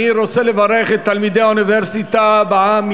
אני רוצה לברך את תלמידי ה"אוניברסיטה בעם",